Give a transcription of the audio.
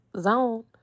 zone